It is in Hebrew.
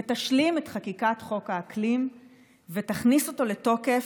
ותשלים את חקיקת חוק האקלים ותכניס אותו לתוקף,